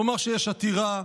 הוא אמר שיש עתירה,